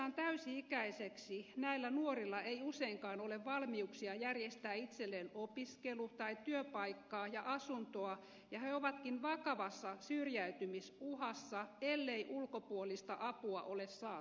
tullessaan täysi ikäisiksi näillä nuorilla ei useinkaan ole valmiuksia järjestää itselleen opiskelu tai työpaikkaa ja asuntoa ja he ovatkin vakavassa syrjäytymisuhassa ellei ulkopuolista apua ole saatavilla